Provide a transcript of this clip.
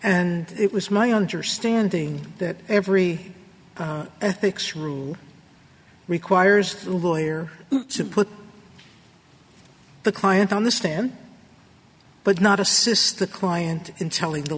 and it was my understanding that every ethics rule requires a lawyer to put the client on the stand but not assist the client in telling the